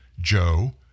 Joe